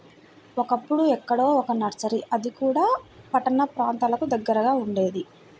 ఒకప్పుడు ఎక్కడో ఒక్క నర్సరీ అది కూడా పట్టణ ప్రాంతాలకు దగ్గరగా ఉండేది